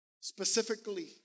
Specifically